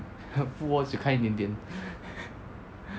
food wars 有看一点点